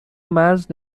مرز